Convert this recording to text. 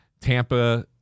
Tampa